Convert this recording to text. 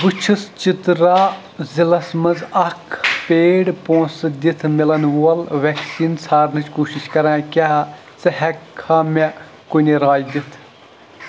بہٕ چھُس چِترا ضِلعس مَنٛز اکھ پیڈ پونٛسہٕ دِتھ مِلن وول وٮ۪کسیٖن ژھانارنٕچ کوٗشِش کران کیٛاہ ژٕ ہٮ۪ککھا مےٚ کُنہِ راے دِتھ